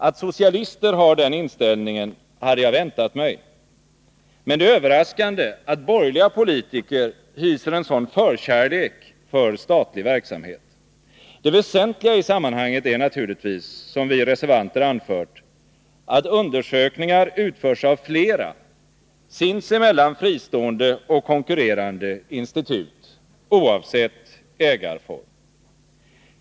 Att socialister har den inställningen hade jag väntat mig. Men det är överraskande att borgerliga politiker hyser en sådan förkärlek för statlig verksamhet. Det väsentliga i sammanhanget är naturligtvis, som vi reservanter anfört, att undersökningar utförs av flera, sinsemellan fristående och konkurrerande, institut, oavsett ägarform.